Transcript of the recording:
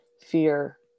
fear